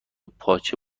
پاچه